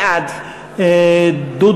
בעד דוד